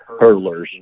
hurdlers